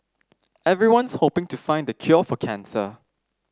everyone's hoping to find the cure for cancer